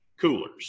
coolers